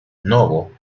novo